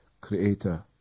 creator